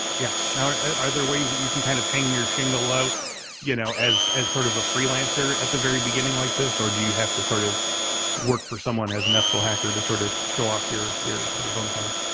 yeah. now are there ways that you can kind of hang your shingle out you know as as sort of a freelancer at the very beginning like this or do you have to sort of work for someone as an ethical hacker to sort of show off your your bona fides?